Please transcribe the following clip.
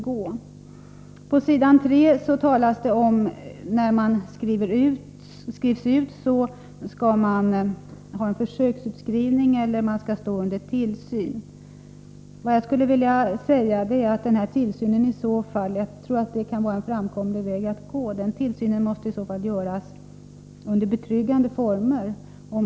3i svaret talas det om att den intagne först skall försöksutskrivas eller att han skell stå under tillsyn. Jag tror att den här tillsynen kan vara en framkomlig väg att gå. Men den måste vara rigorös och ske under betryggande former.